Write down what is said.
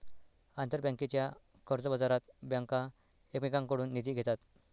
आंतरबँकेच्या कर्जबाजारात बँका एकमेकांकडून निधी घेतात